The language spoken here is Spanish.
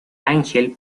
ángel